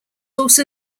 also